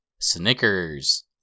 Snickers